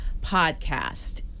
podcast